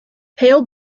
pale